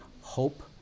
Hope